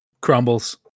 crumbles